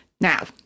Now